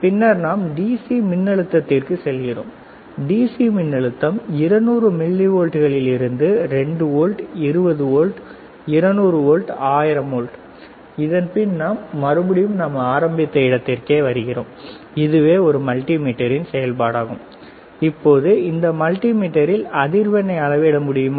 பின்னர் நாம் டிசி மின்னழுத்ததிற்கு செல்கிறோம் டிசி மின்னழுத்தம் 200 மில்லிவோல்ட்களில் இருந்து 2 வோல்ட் 20 வோல்ட் 200 வோல்ட் 1000 வோல்ட் இதன் பின்பு நாம் மறுபடியும் நாம் ஆரம்பித்த இடத்திற்கே வருகிறோம் இதுவே ஒரு மல்டி மீட்டரின் செயல்பாடாகும் இப்போது இந்த மல்டிமீட்டரில் அதிர்வெண்ணை அளவிட முடியுமா